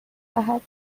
دهد